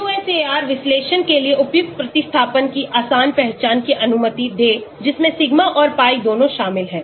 QSAR विश्लेषण के लिए उपयुक्त प्रतिस्थापन की आसान पहचान की अनुमति दें जिसमें सिग्मा और pi दोनों शामिल हैं